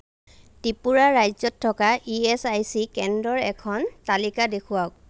ত্ৰিপুৰা ৰাজ্যত থকা E S I C কেন্দ্ৰৰ এখন তালিকা দেখুৱাওক